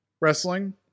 wrestling